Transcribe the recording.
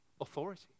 authority